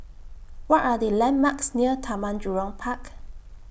What Are The landmarks near Taman Jurong Park